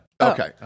Okay